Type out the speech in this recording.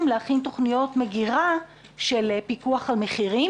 להכין תוכניות מגירה של פיקוח על מחירים.